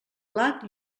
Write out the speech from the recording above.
plat